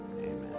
Amen